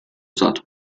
usato